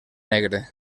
negre